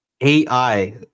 AI